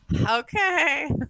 okay